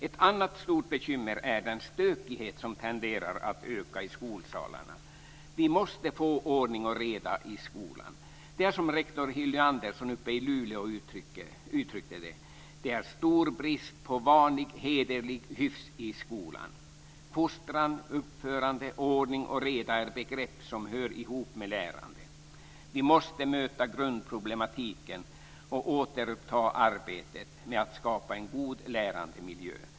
Ett annat stort bekymmer är den stökighet som tenderar att öka i skolsalarna. Vi måste få ordning och reda i skolan. Det är som rektor Hilly Andersson i Luleå uttryckte det: Det är stor brist på vanlig hederlig hyfs i skolan. Fostran, uppförande och ordning och reda är begrepp som hör ihop med lärande. Vi måste möta grundproblematiken och återuppta arbetet med att skapa en god lärande miljö.